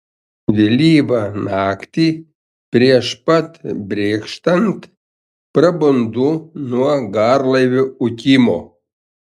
vėlyvą naktį prieš pat brėkštant prabundu nuo garlaivio ūkimo